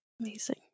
amazing